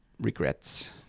regrets